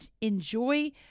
enjoy